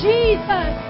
Jesus